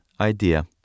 idea